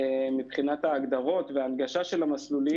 אם תהיה מדידה ותמריצים חיוביים זה יתן אינסנטיב מאוד משמעותי למעסיקים.